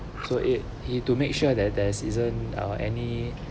so it he has to make sure that there isn't any